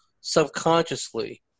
subconsciously